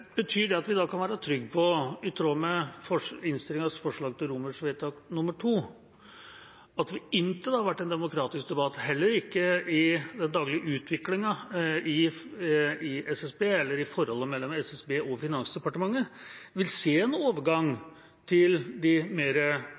Betyr det at vi da kan være trygge på, i tråd med innstillingens forslag til vedtak II, at vi inntil det har vært en demokratisk debatt, heller ikke i den daglige utviklingen i SSB eller i forholdet mellom SSB og Finansdepartementet, vil se noen overgang til de